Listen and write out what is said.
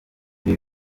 ibi